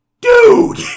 dude